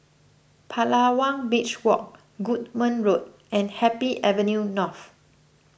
Palawan Beach Walk Goodman Road and Happy Avenue North